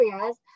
areas